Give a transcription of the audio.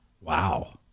Wow